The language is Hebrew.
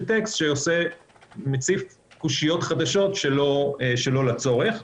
טקסט שמציף קושיות חדשות שלא לצורך.